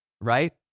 right